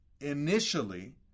initially